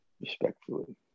respectfully